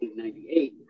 1998